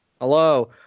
Hello